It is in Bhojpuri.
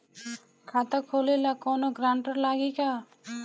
खाता खोले ला कौनो ग्रांटर लागी का?